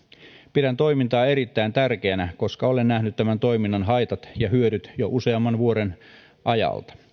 pidän toimintaa erittäin tärkeänä koska olen nähnyt tämän toiminnan haitat ja hyödyt jo useamman vuoden ajalta